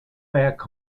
back